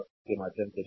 तो यह बराबर सर्किट है